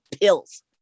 pills